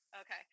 Okay